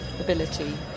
ability